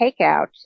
takeout